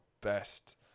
best